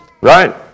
right